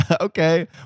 Okay